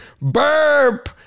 burp